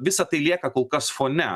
visa tai lieka kol kas fone